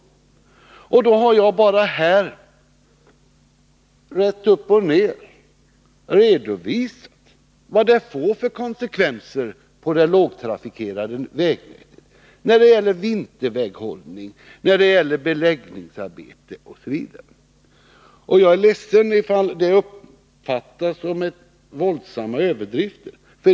Jag har bara, rätt upp och ned, redovisat vilka konsekvenserna blir i fråga om det lågtrafikerade vägnätet — det gäller vinterväghållning, beläggningsarbete osv. Jag är ledsen ifall det uppfattas som våldsamma överdrifter.